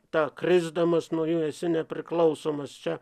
ta krisdamas nuo jų esi nepriklausomas čia